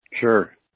Sure